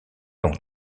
l’ont